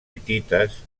hitites